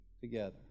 together